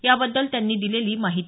याबद्दल त्यांनी दिलेली ही माहिती